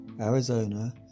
Arizona